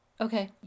Okay